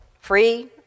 free